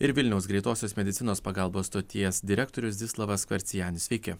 ir vilniaus greitosios medicinos pagalbos stoties direktorius zdislavas skorcenis sveiki